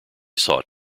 sought